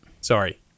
sorry